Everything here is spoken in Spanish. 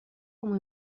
como